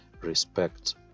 respect